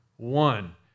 One